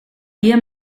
tia